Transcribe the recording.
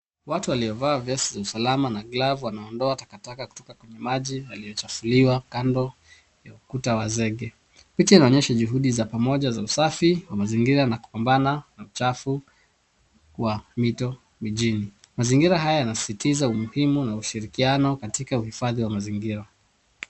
Watu waliovaa vesti vya usalama na glavu wanaondoa takataka kutoka kwenye maji yaliyochafuliwa kando ya ukuta wa zege. Picha inaonyesha juhudu za pamoja za usafi wa mazingira na kubambana na uchafu wa mito mijini. Mazingira haya yanasisitiza umuhimu na ushirikiano katika uhifadhi wa mazingira.